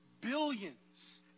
billions